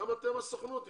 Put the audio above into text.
גם אתם, הסוכנות.